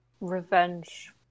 Revenge